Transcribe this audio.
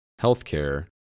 healthcare